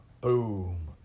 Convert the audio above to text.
boom